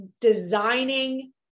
designing